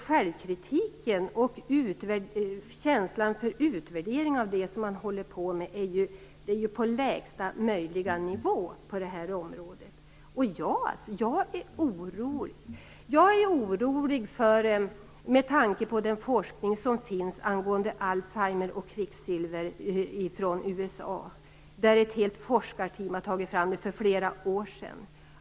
Självkritiken och känslan för utvärdering av det man håller med på det här området ligger på lägsta möjliga nivå. Jag är orolig med tanke på den forskning som finns om Alzheimer och kvicksilver i USA. Ett helt forskarteam har för flera år sedan tagit fram resultat.